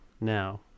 now